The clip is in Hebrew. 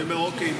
אני אומר: אוקיי,